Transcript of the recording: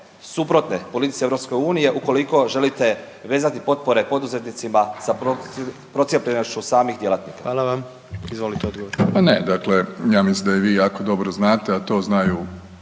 suprotne politici EU ukoliko želite vezati potpore poduzetnicima sa procijepljenošću samih djelatnika?